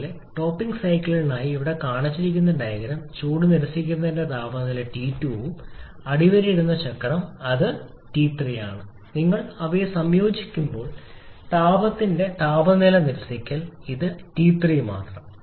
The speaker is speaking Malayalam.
പോലെ ടോപ്പിംഗ് സൈക്കിളിനായി ഇവിടെ കാണിച്ചിരിക്കുന്ന ഡയഗ്രം ചൂട് നിരസിക്കുന്നതിന്റെ താപനില T2 ഉം അടിവരയിടുന്ന ചക്രം അത് ടി 3 ആണ് നിങ്ങൾ അവയെ സംയോജിപ്പിക്കുമ്പോൾ താപത്തിന്റെ താപനില നിരസിക്കൽ ഈ ടി 3 മാത്രം